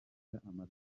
amarushanwa